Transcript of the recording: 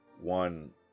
one